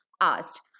asked